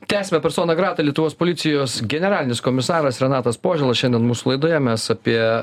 tesiame persona grata lietuvos policijos generalinis komisaras renatas požėla šiandien mūsų laidoje mes apie